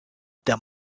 them